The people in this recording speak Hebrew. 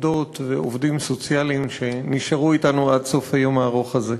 עובדות ועובדים סוציאליים שנשארו אתנו עד סוף היום הארוך הזה,